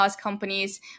companies